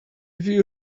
view